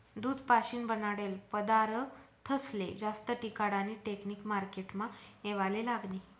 दूध पाशीन बनाडेल पदारथस्ले जास्त टिकाडानी टेकनिक मार्केटमा येवाले लागनी